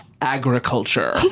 agriculture